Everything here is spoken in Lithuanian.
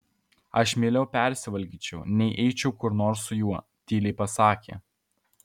aš mieliau persivalgyčiau nei eičiau kur nors su juo tyliai pasakė